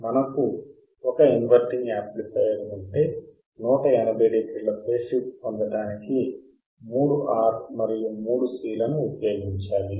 మనకు ఒక inverting amplifier ఉంటే 180 డిగ్రీల ఫేజ్ షిఫ్ట్ పొందటానికి 3 R మరియు 3 C లను ఉపయోగించాలి